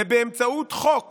ובאמצעות חוק